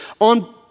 on